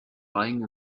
lying